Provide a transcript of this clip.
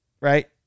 Right